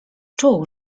czuł